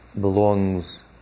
belongs